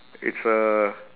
it's a